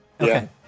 Okay